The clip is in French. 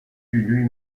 lui